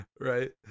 right